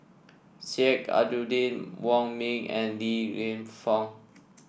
Sheik Alau'ddin Wong Ming and Li Lienfung